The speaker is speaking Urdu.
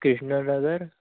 کرشنا نگر